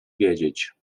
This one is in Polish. wiedzieć